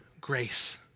grace